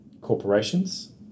corporations